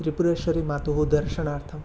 त्रिपुरेश्वरीमातुः दर्शनार्थं